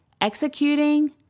executing